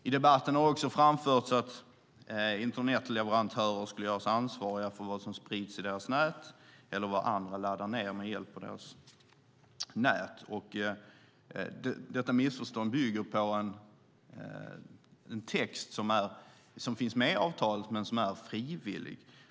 I debatten har också framförts att internetleverantörer skulle göras ansvariga för vad som sprids i deras nät eller vad andra laddar ned med hjälp av deras nät. Detta missförstånd bygger på en text som finns med i avtalet men som är frivillig.